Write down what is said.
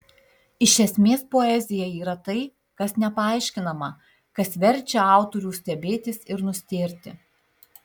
iš esmės poezija yra tai kas nepaaiškinama kas verčia autorių stebėtis ir nustėrti